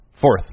Fourth